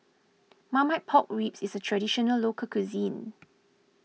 Marmite Pork Ribs is a Traditional Local Cuisine